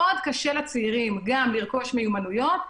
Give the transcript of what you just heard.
מאוד קשה לצעירים גם לרכוש מיומנויות,